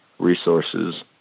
resources